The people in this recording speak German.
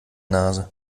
nase